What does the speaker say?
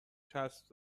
چسب